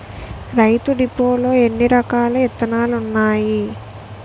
రైతు డిపోలో ఎన్నిరకాల ఇత్తనాలున్నాయో